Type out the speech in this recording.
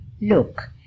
Look